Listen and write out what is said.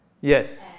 Yes